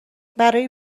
برای